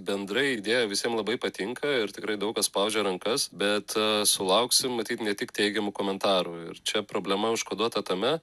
bendrai idėja visiem labai patinka ir tikrai daug kas spaudžia rankas bet sulauksim matyt ne tik teigiamų komentarų ir čia problema užkoduota tame